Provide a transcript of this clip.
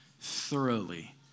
thoroughly